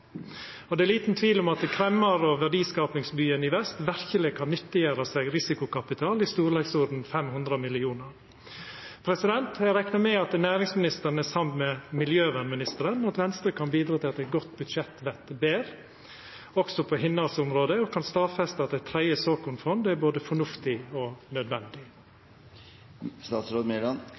Og det er liten tvil om at kremmar- og verdiskapingsbyen i vest verkeleg kan nyttiggjera seg risikokapital i storleiksorden 500 mill. kr. Eg reknar med at næringsministeren er samd med miljøvernministeren, og at Venstre kan bidra til at eit godt budsjett vert betre også på hennar område, og at ho kan stadfesta at eit tredje såkornfond er både fornuftig og nødvendig.